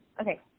Okay